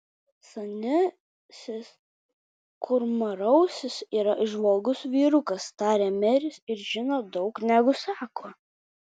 senasis kurmrausis yra įžvalgus vyrukas tarė meris ir žino daugiau negu sako